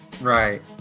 Right